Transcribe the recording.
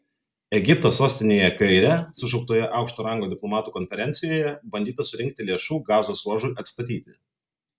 egipto sostinėje kaire sušauktoje aukšto rango diplomatų konferencijoje bandyta surinkti lėšų gazos ruožui atstatyti